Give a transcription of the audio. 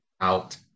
out